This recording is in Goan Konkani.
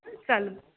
चल